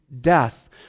death